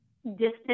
distance